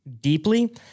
deeply